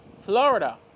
Florida